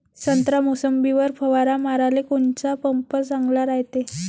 संत्रा, मोसंबीवर फवारा माराले कोनचा पंप चांगला रायते?